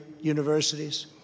universities